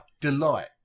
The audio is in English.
delight